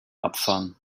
abfahren